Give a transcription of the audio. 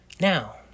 Now